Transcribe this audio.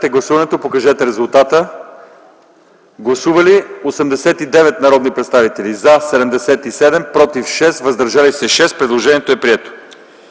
Гласували 89 народни представители: за 77, против 6, въздържали се 6. Предложението е прието.